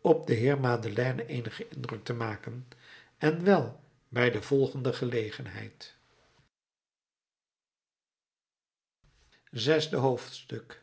op den heer madeleine eenigen indruk te maken en wel bij de volgende gelegenheid zesde hoofdstuk